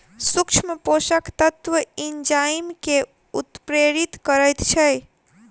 सूक्ष्म पोषक तत्व एंजाइम के उत्प्रेरित करैत छै